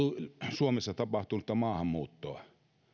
suomessa tapahtunutta maahanmuuttoa